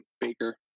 Baker